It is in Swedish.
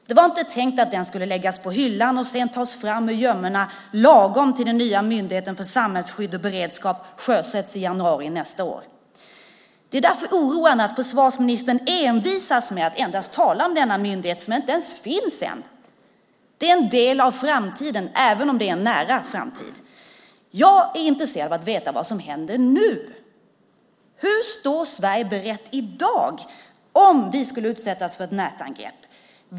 Det var inte tänkt att den skulle läggas på hyllan och sedan tas fram ur gömmorna lagom till att den nya Myndigheten för samhällsskydd och beredskap sjösätts i januari nästa år. Det är därför oroande att försvarsministern envisas med att endast tala om denna myndighet som inte ens finns än. Det är en del av framtiden även om det är en nära framtid. Jag är intresserad av att veta vad som händer nu. Hur står Sverige berett i dag om vi skulle utsättas för ett nätangrepp?